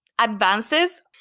advances